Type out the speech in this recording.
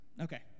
Okay